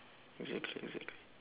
exactly exactly